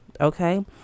okay